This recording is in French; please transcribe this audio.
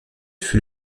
fut